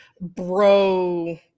bro